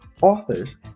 authors